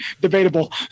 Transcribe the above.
Debatable